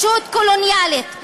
ישות קולוניאלית.